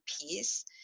piece